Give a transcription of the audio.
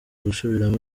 gusubiramo